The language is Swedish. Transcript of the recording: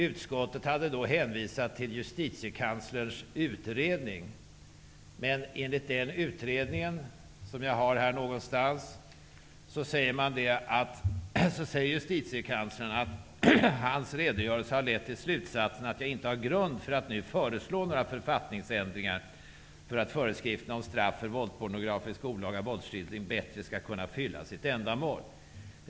Utskottet hade då hänvisat till Justitiekanslerns utredning, men där säger han att hans redogörelse har lett till slutsatsen att han inte har grund för att nu föreslå några författningsändringar för att föreskrifterna om straff för våldspornografisk och olaga våldsskildring bättre skall kunna fylla sitt ändamål.